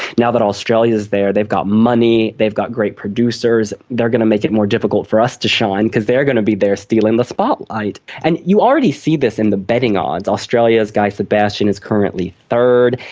now that australia is there they've got money, they've got great producers, they are going to make it more difficult for us to shine because they are going to be there stealing the spotlight. and you already see this in the betting odds. australia's guy sebastian is currently third,